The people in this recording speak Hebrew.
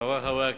חברי חברי הכנסת,